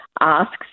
asks